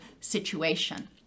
situation